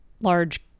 large